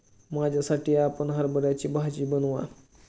माझ्यासाठी आपण हरभऱ्याची भाजी बनवा